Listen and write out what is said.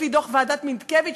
לפי דוח ועדת מינטקביץ,